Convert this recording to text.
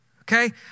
okay